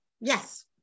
yes